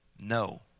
no